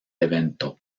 evento